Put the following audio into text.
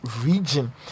region